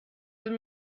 wird